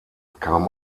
kam